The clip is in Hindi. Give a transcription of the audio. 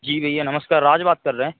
जी भैया नमस्कार राज बात कर रहे